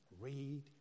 read